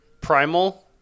primal